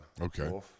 Okay